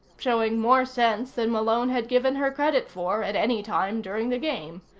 showing more sense than malone had given her credit for at any time during the game.